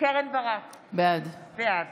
קרן ברק, בעד